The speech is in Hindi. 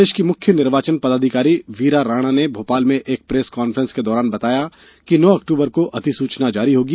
प्रदेश की मुख्य निर्वाचन पदाधिकारी वीरा राणा ने भोपाल में एक प्रेस कांफ्रेंस के दौरान बताया कि नौ अक्टूबर को अधिसूचना जारी होगी